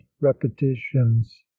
repetitions